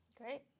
Great